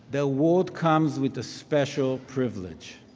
the award comes with a special privilege.